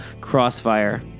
Crossfire